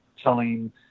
telling